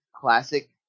classic